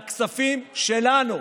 מהכספים שלנו.